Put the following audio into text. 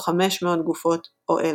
או חמש מאות גופות או אלף.